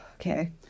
Okay